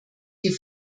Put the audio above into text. die